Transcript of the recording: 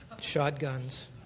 shotguns